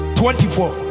24